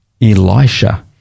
Elisha